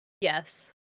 Yes